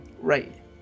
right